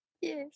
Yes